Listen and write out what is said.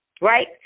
right